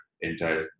entire